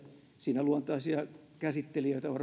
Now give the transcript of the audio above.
siinä luontaisia käsittelijöitä